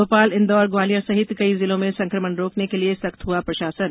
भोपाल इंदौर ग्वालियर सहित कई जिलों में संकमण रोकने के लिए सख्त हुआ प्रशासन